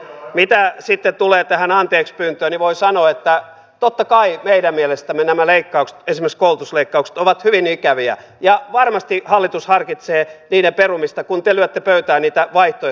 mitä sitten tulee tähän anteeksipyyntöön niin voin sanoa että totta kai meidän mielestämme nämä leikkaukset esimerkiksi koulutusleikkaukset ovat hyvin ikäviä ja varmasti hallitus harkitsee niiden perumista kun te lyötte pöytään niitä vaihtoehtoisia säästöjä